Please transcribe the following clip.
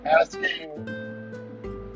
asking